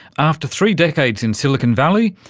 after three decades in silicon valley,